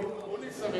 אקוניס,